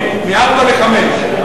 או מארבע לחמש,